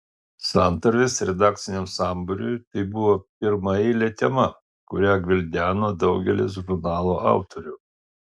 santarvės redakciniam sambūriui tai buvo pirmaeilė tema kurią gvildeno daugelis žurnalo autorių